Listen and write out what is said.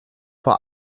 vor